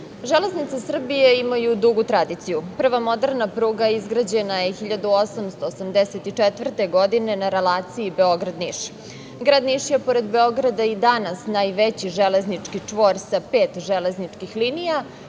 Srbije“ imaju dugu tradiciju, prva moderna pruga izgrađena je 1884. godine na relaciji Beograd – Niš. Grad Niš je pored Beograda i danas najveći železnički čvor sa pet železničkih linija